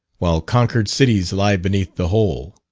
while conquered cities lie beneath the whole.